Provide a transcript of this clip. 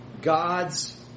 God's